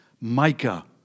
Micah